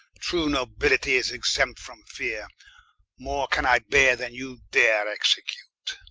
true nobility, is exempt from feare more can i beare, then you dare execute